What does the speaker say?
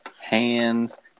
hands